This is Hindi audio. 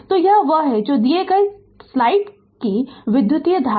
तो यह वह है जो दिए गए समय स्लाइड कि विधुत धारा